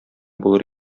булыр